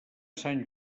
sant